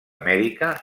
mèdica